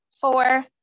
four